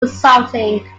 resulting